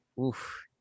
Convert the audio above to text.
Oof